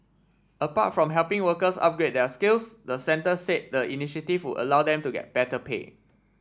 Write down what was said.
apart from helping workers upgrade their skills the centre said the initiative would allow them to get better pay